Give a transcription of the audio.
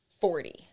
Forty